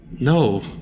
no